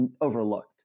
overlooked